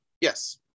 Yes